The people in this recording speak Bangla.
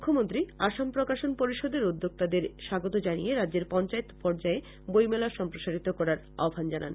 মুখ্যমন্ত্রী আসাম প্রকাশন পরিষদের উদ্যোক্তাদের স্বাগত জানিয়ে রাজ্যের পঞ্চায়েত পর্যায়ে বইমেলা সম্প্রসারিত করার আহ্বান জানান